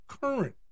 current